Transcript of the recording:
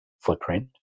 footprint